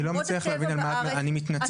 אני לא מצליח להבין על מה את מדברת, אני מתנצל.